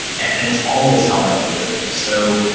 and it's always how i've looked at things. so,